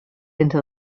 into